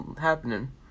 happening